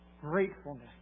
Gratefulness